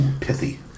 pithy